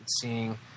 seeing